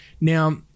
Now